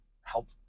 help